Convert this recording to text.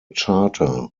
charter